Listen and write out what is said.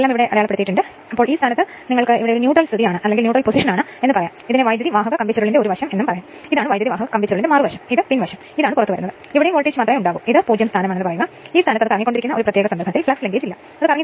ഇവിടെ അടുത്തത് അത് പരിഹരിക്കുന്നതിനാണ് ഞാൻ ഡബിൾ ഡാഷ് ആക്കുന്നു ഇത് ഉദാഹരണമല്ല പരിശീലന പ്രശ്നം ആണ് പവർ ഫാക്ടർ 0